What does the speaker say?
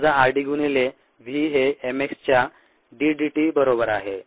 वजा r d गुणिले V हे m x च्या d dt बरोबर आहे